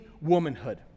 womanhood